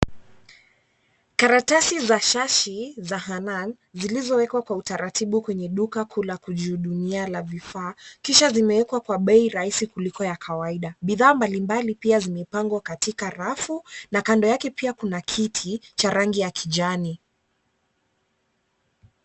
Karatasi za shashi za Hanan , zilizowekwa kwa utaratibu kwenye duka kuu la kujihudumia la vifaa, kisha zimewekwa kwa bei rahisi kuliko ya kawaida, bidhaa mbalimbali pia zimepangwa katika rafu na kando yake pia kuna kiti, cha rangi ya kijani.